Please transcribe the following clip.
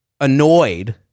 annoyed